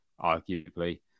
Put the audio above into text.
arguably